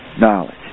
knowledge